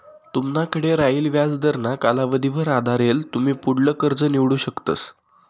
तुमनाकडे रायेल व्याजदरना कालावधीवर आधारेल तुमी पुढलं कर्ज निवडू शकतस